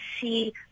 see